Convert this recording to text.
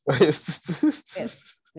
Yes